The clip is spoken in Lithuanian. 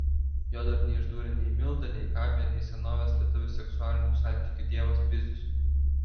jo dar neišdūrė nei milda nei gabija nei senovės lietuvių seksualinių santykių dievas pizius